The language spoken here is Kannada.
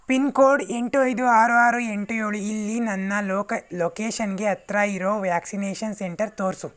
ಪಿನ್ಕೋಡ್ ಎಂಟು ಐದು ಆರು ಆರು ಎಂಟು ಏಳು ಇಲ್ಲಿ ನನ್ನ ಲೋಕ ಲೊಕೇಷನ್ಗೆ ಹತ್ರ ಇರೋ ವ್ಯಾಕ್ಸಿನೇಷನ್ ಸೆಂಟರ್ ತೋರಿಸು